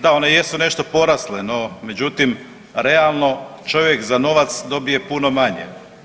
Da, one jesu nešto porasle, no međutim realno čovjek za novac dobije puno manje.